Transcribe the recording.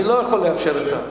אני לא יכול לאפשר אותה.